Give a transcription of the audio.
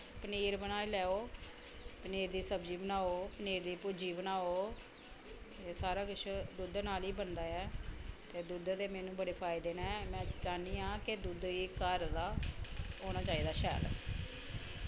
पनीर बनाई लैओ पनीर दी सब्जी बनाओ पनीर दी भूरजी बनाओ एह् सारा किश दुद्ध नाल ई बनदा ऐ ते दुद्धै दे मैनूं बड़े फायदे न ते में चाह्नी आं कि दुद्ध घर दा होना चाहिदा शैल